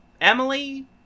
Emily